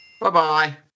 Bye-bye